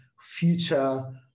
future